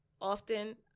often